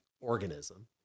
organism